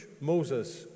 Moses